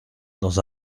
dans